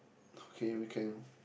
okay we can